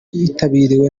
witabiriwe